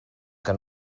que